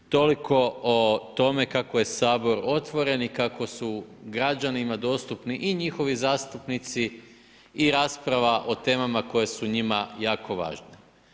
Toliko o tome kako je Sabor otvoren i kako su građanima dostupni i njihovi zastupnici i rasprava o temama koje su njima jako važne.